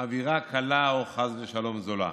אווירה קלה או חס ושלום זולה.